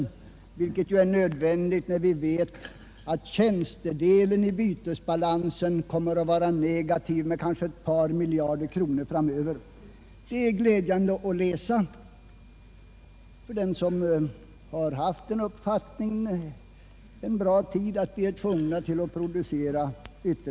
Och detta är ju nödvändigt när vi vet att tjänstedelen i bytesbalansen kommer att vara negativ med kanske ett par miljarder kronor framöver. Det är glädjande att läsa för dem som en lång tid har haft den uppfattningen att vi är tvungna att producera mera.